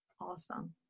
Awesome